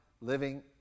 living